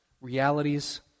realities